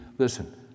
listen